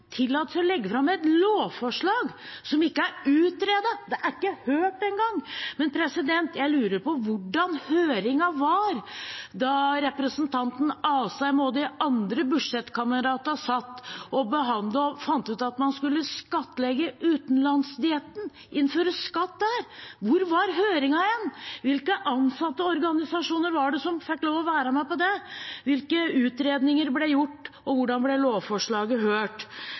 tillatt seg å legge fram et lovforslag som ikke er utredet, det er ikke engang hørt. Men jeg lurer på hvordan høringen var da representanten Asheim og de andre budsjettkameratene fant ut at man skulle skattlegge utenlandsdietten. Hvor var høringen? Hvilke ansatte og organisasjoner var det som fikk lov til å være med på det? Hvilke utredninger ble gjort, og hvordan ble lovforslaget hørt?